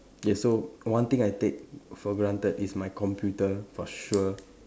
okay so one thing I take for granted is my computer for sure